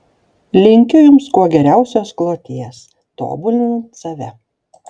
linkiu jums kuo geriausios kloties tobulinant save